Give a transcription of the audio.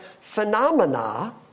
Phenomena